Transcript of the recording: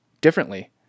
differently